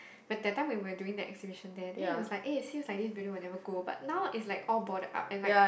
but that time we were doing the exhibition there then it was like eh it seems like this building will never go but now is like all boarded up and like